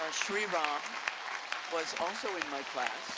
shriram was also in my class,